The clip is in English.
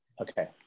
Okay